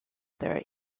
their